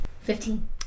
Fifteen